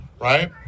right